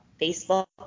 Facebook